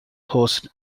hosts